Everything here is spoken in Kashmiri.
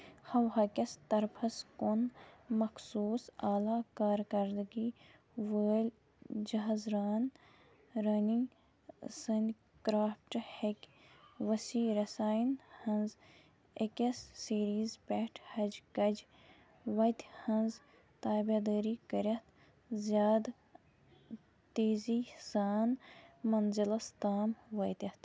ہوا کِس طرفَس کُن، مخصوٗص اعلیٰ کارکردٕگی وٲلۍ جہاز ران رٲنی سٔنٛدۍ کرافٹ ہیکہِ وسیع رساین ہنٛز أکِس سیریز پٮ۪ٹھ ہَجہِ کَجہِ وتہِ ہنٛز تٲبیدٲری کٔرِتھ زیادٕ تیزی سان منزلَس تام وٲتتھ